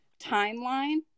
timeline